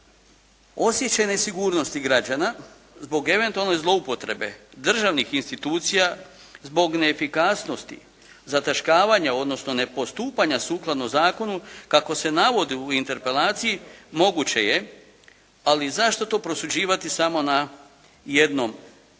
Osjećaj nesigurnosti građana zbog eventualne zloupotrebe državnih institucija, zbog neefikasnosti, zataškavanja, odnosno nepostupanja sukladno zakonu kako se navodi u interpelaciji moguće je, ali zašto to prosuđivati samo na jednom predmetu.